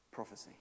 prophecy